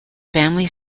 family